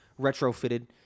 retrofitted